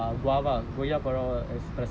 and then give a thayir sadam and